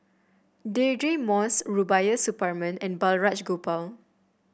Deirdre Moss Rubiah Suparman and Balraj Gopal